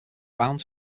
bound